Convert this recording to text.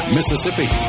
Mississippi